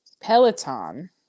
Peloton